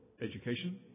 education